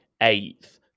eighth